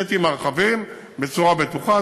לצאת עם הרכבים בצורה בטוחה,